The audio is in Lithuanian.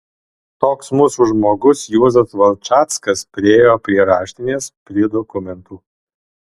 toks mūsų žmogus juozas valčackas priėjo prie raštinės prie dokumentų